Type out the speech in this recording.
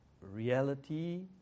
reality